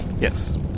Yes